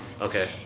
Okay